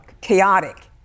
chaotic